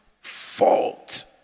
fault